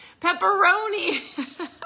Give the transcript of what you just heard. pepperoni